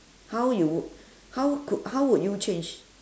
how you would how could how would you change